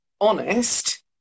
honest